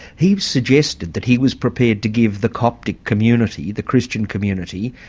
he suggested that he was prepared to give the coptic community, the christian community,